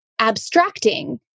abstracting